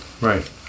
Right